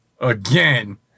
again